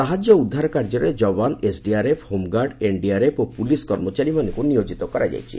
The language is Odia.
ସାହାଯ୍ୟ ଓ ଉଦ୍ଧାର କାର୍ଯ୍ୟରେ ଯବାନ ଏସ୍ଡିଆର୍ଏଫ୍ ହୋମ୍ଗାର୍ଡ ଏନ୍ଡିଆର୍ଏଫ୍ ଓ ପୁଲିସ୍ କର୍ମଚାରୀମାନଙ୍କୁ ନିୟୋଜିତ କରାଯାଇଛି